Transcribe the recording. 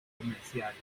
comerciales